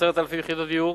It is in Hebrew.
10,000 יחידות דיור,